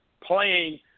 playing